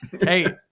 Hey